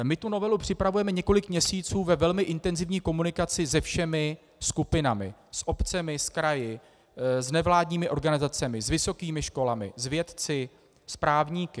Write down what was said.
My tu novelu připravujeme několik měsíců ve velmi intenzivní komunikaci se všemi skupinami: s obcemi, s kraji, s nevládními organizacemi, s vysokými školami, s vědci, s právníky.